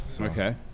Okay